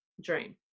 dream